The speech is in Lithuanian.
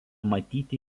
matyti